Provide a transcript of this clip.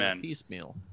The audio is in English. piecemeal